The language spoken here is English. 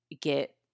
get